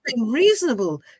reasonable